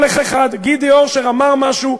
כל אחד, גידי אורשר אמר משהו,